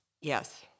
Yes